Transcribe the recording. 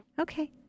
Okay